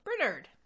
Bernard